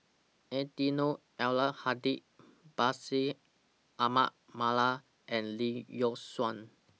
Eddino Abdul Hadi Bashir Ahmad Mallal and Lee Yock Suan